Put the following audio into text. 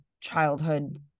childhood